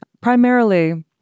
Primarily